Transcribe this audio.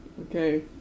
Okay